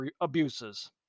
abuses